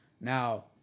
Now